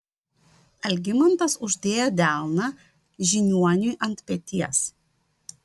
algimantas uždėjo delną žiniuoniui ant peties